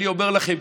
אני אומר לכם,